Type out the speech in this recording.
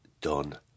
done